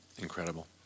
Incredible